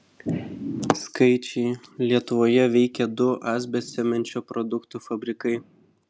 skaičiai lietuvoje veikė du asbestcemenčio produktų fabrikai